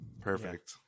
Perfect